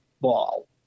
ball